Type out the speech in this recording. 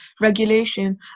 regulation